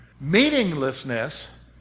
Meaninglessness